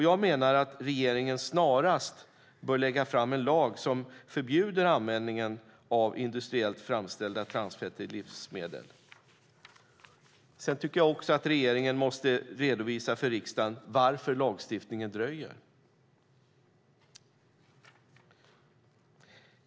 Jag menar att regeringen snarast bör lägga fram en lag som förbjuder användningen av industriellt framställda transfetter i livsmedel. Regeringen måste också redovisa för riksdagen varför lagstiftningen dröjer.